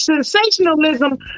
sensationalism